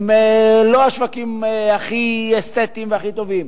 הם לא השווקים הכי אסתטיים והכי טובים,